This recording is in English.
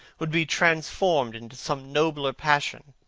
would be transformed into some nobler passion,